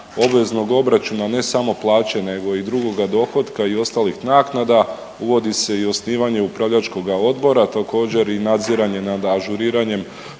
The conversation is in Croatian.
obveznog obračuna ne samo plaće nego i drugoga dohotka i ostalih naknada. Uvodi se i osnivanje upravljačkoga odbora, također i nadziranje nad ažuriranjem